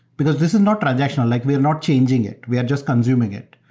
because this is not transactional, like we're not changing it. we are just consuming it.